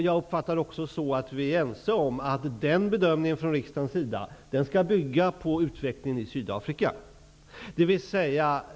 Jag uppfattar det också så, att vi är ense om att riksdagens bedömning skall bygga på utvecklingen i Sydafrika.